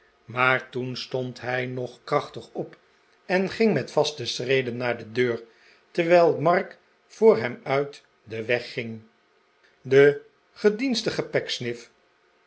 maar toen stond hij nog krachtig op en ging met vaste schreden naar de deur terwijl mark voor hem uit den weg ging de gedienstige